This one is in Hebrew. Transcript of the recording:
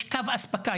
יש קו אספקה,